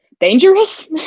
dangerous